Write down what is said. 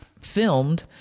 filmed